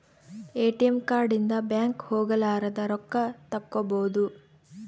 ATM card ಇಂದ bank ಹೋಗಲಾರದ ರೊಕ್ಕ ತಕ್ಕ್ಕೊಬೊದು